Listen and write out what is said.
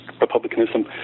republicanism